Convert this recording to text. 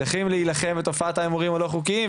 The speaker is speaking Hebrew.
צריכים להילחם בתופעת ההימורים הלא חוקיים,